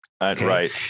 Right